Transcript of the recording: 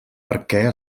perquè